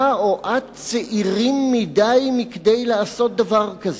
אתה או את צעירים מכדי לעשות דבר כזה.